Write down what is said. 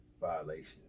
Violation